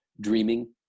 dreaming